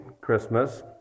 Christmas